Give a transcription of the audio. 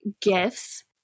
gifts